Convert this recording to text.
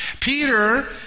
Peter